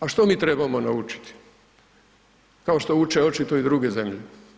A što mi trebamo naučiti kao što uče očito i druge zemlje?